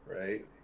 right